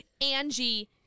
Angie